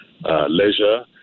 leisure